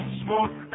smoke